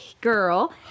girl